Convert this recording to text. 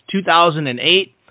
2008